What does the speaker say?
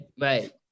right